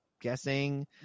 guessing